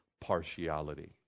partiality